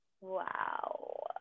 wow